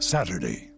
Saturday